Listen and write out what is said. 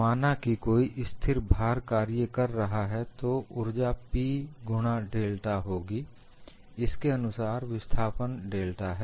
माना कि कोई स्थिर भार कार्य कर रहा है तो ऊर्जा P गुणा डेल्टा होगी इसके अनुसार विस्थापन डेल्टा है